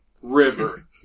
River